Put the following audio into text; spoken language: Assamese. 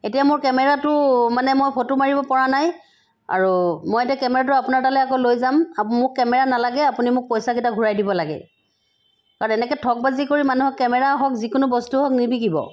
এতিয়া মোৰ কেমেৰাটো মানে মই ফটো মাৰিব পৰা নাই আৰু মই এতিয়া কেমেৰাটো আপোনাৰ তালৈ আকৌ লৈ যাম আপুনি মোক কেমেৰা নালাগে আপুনি মোক পইছা কেইটা ঘূৰাই দিব লাগে আৰু তেনেকৈ ঠগবাজি কৰি মানুহক কেমেৰা হওক যিকোনো বস্তু হওক নিবিকিব